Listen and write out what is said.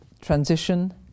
transition